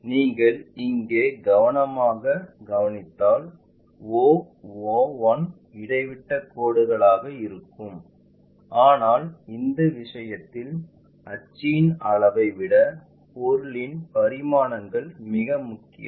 நீங்கள் இங்கே கவனமாக கவனித்தால் o o 1 இடைவிட்டக் கோடுகளாக இருக்கலாம் ஆனால் இந்த விஷயத்தில் அச்சின் அளவை விட பொருளின் பரிமாணங்கள் மிக முக்கியம்